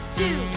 two